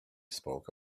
spoke